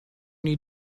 need